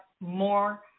more